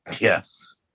Yes